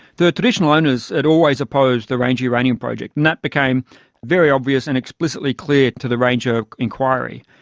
the traditional owners had always opposed the ranger uranium project, and that became very obvious and explicitly clear to the ranger inquiry.